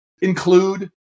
include